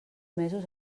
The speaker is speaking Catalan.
mesos